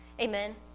Amen